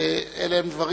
ואלה הם דברים